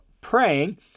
praying